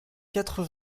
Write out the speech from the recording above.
quatre